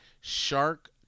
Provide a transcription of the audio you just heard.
shark